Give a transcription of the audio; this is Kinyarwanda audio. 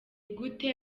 gute